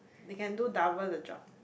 they can do double the job